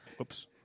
Oops